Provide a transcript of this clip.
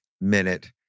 minute